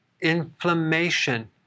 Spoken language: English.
inflammation